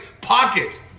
pocket